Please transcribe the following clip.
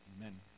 amen